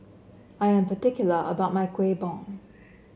I am particular about my Kuih Bom